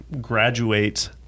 graduate